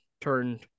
turned